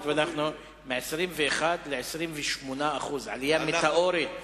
מניתוח קיסרי.